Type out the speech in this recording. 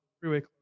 freeway